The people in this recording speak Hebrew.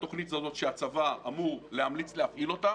התוכנית הזאת שהצבא אמור להמליץ להפעיל אותה.